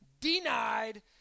denied